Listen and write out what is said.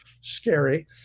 scary